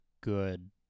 good